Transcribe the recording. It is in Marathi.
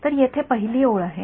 तर येथे पहिली ओळ आहे